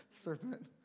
serpent